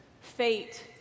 fate